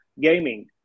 gaming